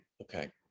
okay